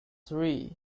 three